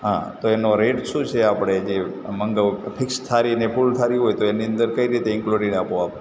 હા તો એનો રેટ શું છે આપણે જે મંગાવવું ફિક્સ થાળી અને ફુલ થાળી હોય તો એની અંદર કઈ રીતે ઇનક્લુડેડ આપો આપ